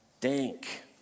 dank